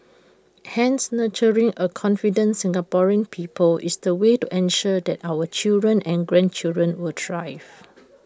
hence nurturing A confident Singaporean people is the way to ensure that our children and grandchildren will thrive